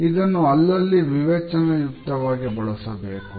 ಇದನ್ನು ಅಲ್ಲಲ್ಲಿ ವಿವೇಚನ ಯುಕ್ತವಾಗಿ ಬಳಸಬೇಕು